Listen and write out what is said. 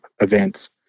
events